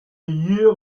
year